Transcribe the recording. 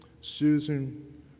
Susan